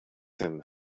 him